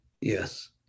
yes